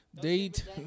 Date